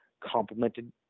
complemented